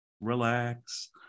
relax